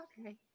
Okay